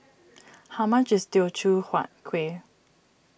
how much is Teochew Huat Kueh